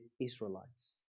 Israelites